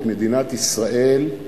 את מדינת ישראל,